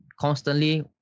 constantly